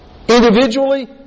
individually